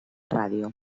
ràdio